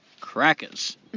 crackers